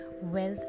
wealth